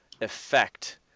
effect